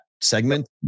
segment